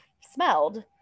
smelled